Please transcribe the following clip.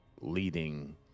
leading